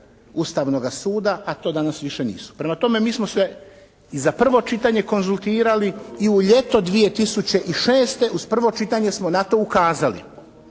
Ustavnoga suda, a to danas više nisu. Prema tome, mi smo se i za prvo čitanje konzultirali i u ljeto 2006. uz prvo čitanje smo na to ukazali.